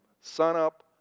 sunup